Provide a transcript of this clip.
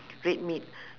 red meat